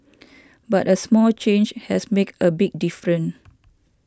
but a small change has make a big difference